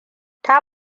ta